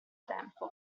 tempo